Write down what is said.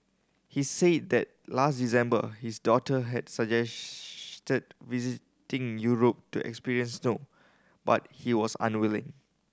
he said that last December his daughter had suggested visiting Europe to experience snow but he was unwilling